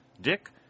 Dick